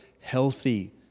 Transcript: healthy